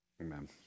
Amen